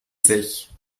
sich